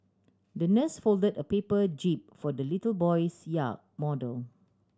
the nurse folded a paper jib for the little boy's yacht model